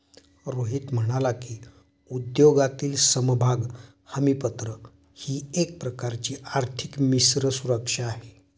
रोहित म्हणाला की, उद्योगातील समभाग हमीपत्र ही एक प्रकारची आर्थिक मिश्र सुरक्षा आहे